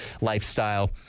lifestyle